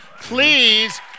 Please